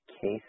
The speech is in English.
case